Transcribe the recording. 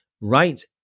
right